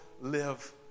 live